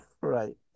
right